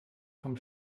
vom